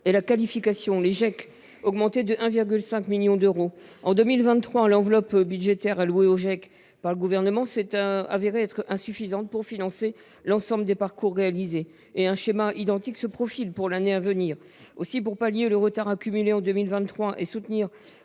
et la qualification, les Geiq. En 2023, l’enveloppe budgétaire allouée aux Geiq par le Gouvernement s’est révélée insuffisante pour financer l’ensemble des parcours réalisés. Un schéma identique se profile pour l’année à venir. Aussi, pour compenser le retard accumulé en 2023 et soutenir